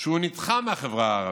והוא נדחה מהחברה הערבית.